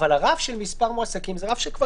אבל הרף של מספר מועסקים זה רף שכבר